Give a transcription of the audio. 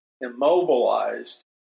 immobilized